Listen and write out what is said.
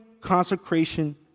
consecration